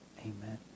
amen